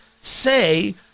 say